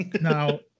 Now